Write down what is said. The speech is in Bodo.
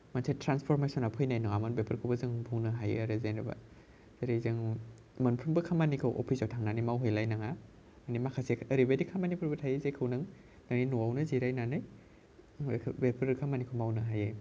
मोनसे त्रान्सफ'रमेसना फैनाय नङामोन बेफोरखौबो जों बुंनो हायो आरो जेनबा जेरै जों मोनफ्रोमबो खामानिखौ अफिसाव थांनानै मावहैलायनाङा माने माखासे ओरैबायदि खामानिफोरबो थायो जायखौ नों नोंनि न'आवनो जिरायनानै बेफोरो खामानिखौ मावनो हायो